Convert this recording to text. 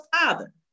father